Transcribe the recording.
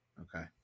okay